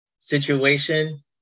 Situation